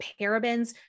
parabens